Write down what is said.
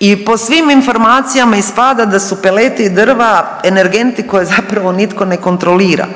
I po svim informacijama ispada da su peleti i drva energenti koje zapravo nitko ne kontrolira.